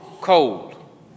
cold